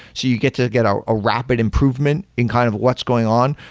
so you get to get a ah rapid improvement and kind of what's going on.